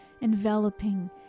enveloping